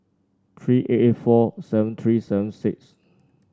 three eight eight four seven three seven six